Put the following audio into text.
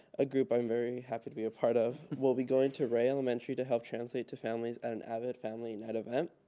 a group i'm very happy to be apart of, will be going to ray elementary to help translate to families at an avid family night event.